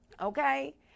okay